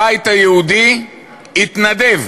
הבית היהודי התנדב